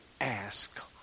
ask